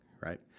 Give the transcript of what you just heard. right